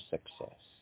Success